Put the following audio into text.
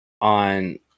on